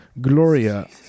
Gloria